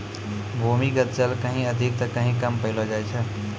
भूमीगत जल कहीं अधिक त कहीं कम पैलो जाय छै